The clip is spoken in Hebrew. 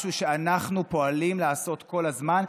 משהו שאנחנו פועלים לעשות כל הזמן.